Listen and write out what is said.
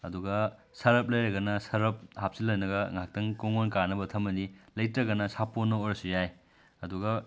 ꯑꯗꯨꯒ ꯁꯔꯞ ꯂꯩꯔꯒꯅ ꯁꯔꯞ ꯍꯥꯞꯆꯤꯟꯂꯒ ꯉꯥꯏꯍꯥꯛꯇꯪ ꯀꯣꯡꯒꯣꯜ ꯀꯥꯅꯕ ꯊꯝꯃꯅꯤ ꯂꯩꯇ꯭ꯔꯒꯅ ꯁꯥꯄꯣꯟꯅ ꯑꯣꯏꯔꯁꯨ ꯌꯥꯏ ꯑꯗꯨꯒ